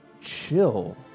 chill